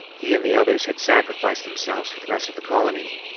he and the others had sacrificed themselves for the rest of the colony,